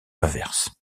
inverse